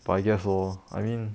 but I guess oh I mean